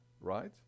right